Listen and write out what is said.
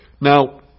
Now